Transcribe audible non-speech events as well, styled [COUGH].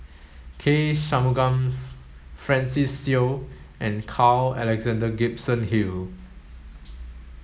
K Shanmugam [UNINTELLIGIBLE] Francis Seow and Carl Alexander Gibson Hill